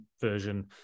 version